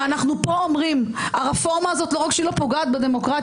ואנחנו פה אומרים: הרפורמה הזאת לא רק שהיא לא פוגעת בדמוקרטיה,